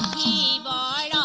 key on